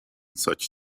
such